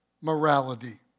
morality